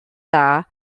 dda